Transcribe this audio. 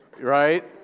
right